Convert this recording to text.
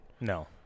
No